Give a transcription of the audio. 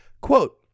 quote